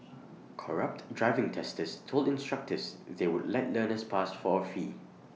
corrupt driving testers told instructors they would let learners pass for A fee